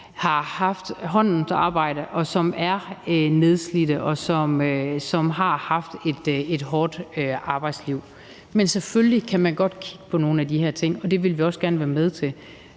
har haft håndens arbejde, som er nedslidte, og som har haft et hårdt arbejdsliv. Men selvfølgelig kan man godt kigge på nogle af de her ting, og det vil vi også gerne være med til.